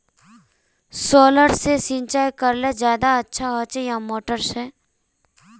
Solar से सिंचाई करले ज्यादा अच्छा होचे या मोटर से?